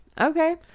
Okay